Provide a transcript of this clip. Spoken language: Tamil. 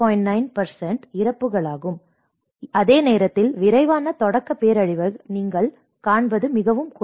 9 இறப்புகளாகும் அதே நேரத்தில் விரைவான தொடக்க பேரழிவை நீங்கள் காண்பது மிகவும் குறைவு